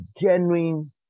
genuine